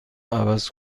عوض